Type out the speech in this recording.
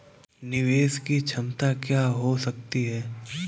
निवेश की क्षमता क्या हो सकती है?